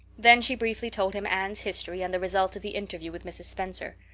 then she briefly told him anne's history and the result of the interview with mrs. spencer.